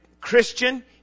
Christian